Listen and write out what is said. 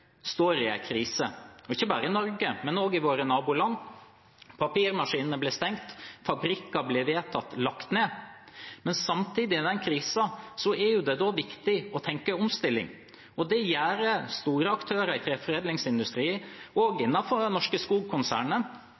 men også i våre naboland. Papirmaskinene blir stengt, fabrikker blir vedtatt lagt ned, men samtidig, i den krisen, er det viktig å tenke omstilling. Det gjør store aktører i treforedlingsindustrien, også i Norske